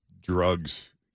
drugs